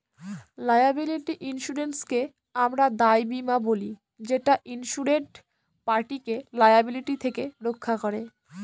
liability ইন্সুরেন্সকে আমরা দায় বীমা বলি যেটা ইন্সুরেড পার্টিকে লায়াবিলিটি থেকে রক্ষা করে